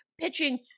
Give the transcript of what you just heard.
pitching